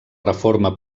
reforma